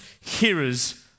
hearers